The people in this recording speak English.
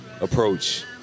approach